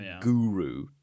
guru